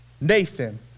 Nathan